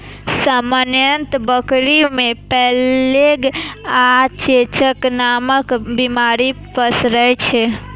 सामान्यतः बकरी मे प्लेग आ चेचक नामक बीमारी पसरै छै